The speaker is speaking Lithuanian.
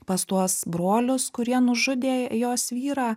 pas tuos brolius kurie nužudė jos vyrą